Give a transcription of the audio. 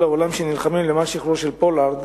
העולם שנלחמים למען השחרור של פולארד,